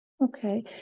Okay